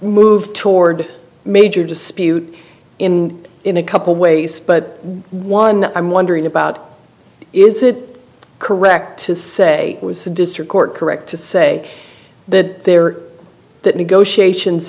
move toward major dispute in in a couple ways but one i'm wondering about is it correct to say was the district court correct to say that there that negotiations